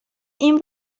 این